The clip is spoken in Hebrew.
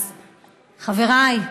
אז חבריי,